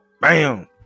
Bam